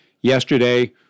Yesterday